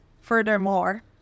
furthermore